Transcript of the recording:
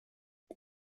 wie